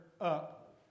up